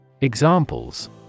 Examples